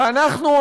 ואנחנו,